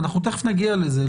אנחנו תכף נגיע לזה.